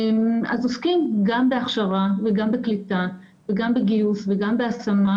אז עוסקים גם בהכשרה וגם בקליטה וגם בגיוס וגם בהשמה,